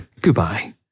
Goodbye